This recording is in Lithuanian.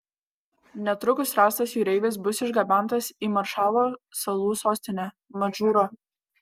netrukus rastas jūreivis bus išgabentas į maršalo salų sostinę madžūrą